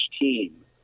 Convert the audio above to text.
team